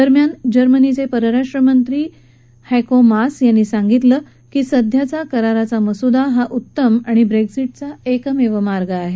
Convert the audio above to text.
दरम्यान जर्मनीचे परराष्ट्रमंत्री हैको मास यांनी सांगितलं की सध्याचा कराराचा मसुदा हा उत्तम आणि ब्रेक्झिटचा एकमेव मार्ग आहे